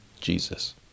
Jesus